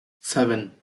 seven